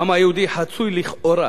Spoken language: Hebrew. העם היהודי חצוי, לכאורה,